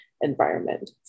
environment